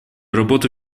работа